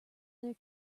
there